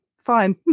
fine